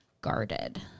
guarded